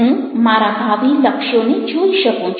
હું મારા ભાવિ લક્ષ્યોને જોઈ શકું છું